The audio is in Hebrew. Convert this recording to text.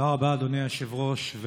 תודה רבה, אדוני היושב-ראש.